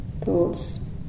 Thoughts